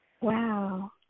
Wow